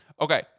Okay